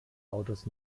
autos